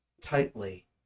tightly